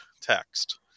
text